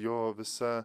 jo visa